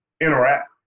interact